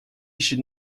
should